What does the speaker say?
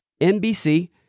NBC